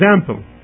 example